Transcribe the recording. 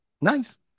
Nice